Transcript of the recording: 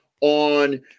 on